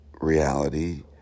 reality